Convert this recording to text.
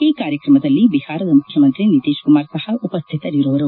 ಈ ಕಾರ್ಯಕ್ರಮದಲ್ಲಿ ಬಿಹಾರದ ಮುಖ್ಯಮಂತ್ರಿ ನಿತೀಶ್ ಕುಮಾರ್ ಸಹ ಉಪಸ್ಥಿತರಿರುವರು